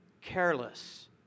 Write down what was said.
careless